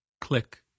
Click